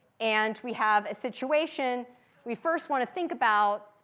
and we have a situation we first want to think about.